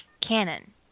canon